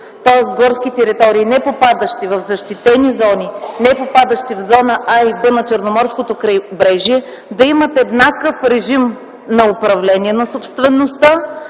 тоест горски територии, които не попадат в защитени зони, не попадат в зона А и Б на Черноморското крайбрежие, да имат еднакъв режим на управление на собствеността